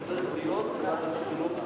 זה צריך להיות בוועדת החינוך,